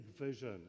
vision